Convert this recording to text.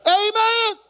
amen